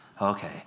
okay